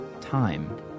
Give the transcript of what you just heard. Time